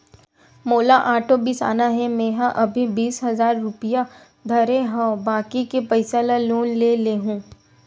मोला आटो बिसाना हे, मेंहा अभी बीस हजार रूपिया धरे हव बाकी के पइसा ल लोन ले लेहूँ